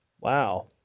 wow